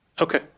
Okay